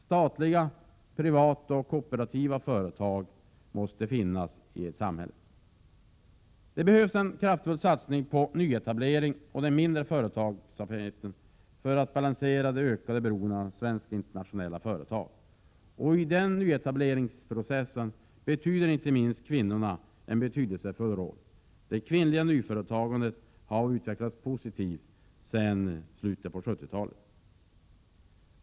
Statliga, privata och kooperativa företag måste finnas samtidigt i samhället. Det behövs en kraftfull satsning på nyetablering och den mindre företagsamheten för att bl.a. balansera det ökade beroendet av svenska internationella företag. I den nyetableringsprocessen spelar inte minst kvinnorna en betydelsefull roll. Det kvinnliga nyföretagandet har utvecklats positivt sedan slutet av 1970-talet.